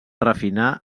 refinar